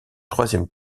troisième